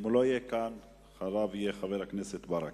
אם הוא לא יהיה כאן, אחריו, חבר הכנסת ברכה.